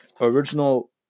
original